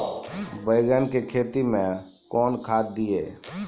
बैंगन की खेती मैं कौन खाद दिए?